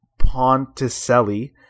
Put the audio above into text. Ponticelli